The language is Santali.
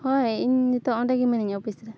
ᱦᱳᱭ ᱤᱧ ᱱᱤᱛᱳᱜ ᱚᱸᱰᱮᱜᱮ ᱢᱤᱱᱟᱹᱧᱟ ᱚᱯᱷᱤᱥ ᱨᱮ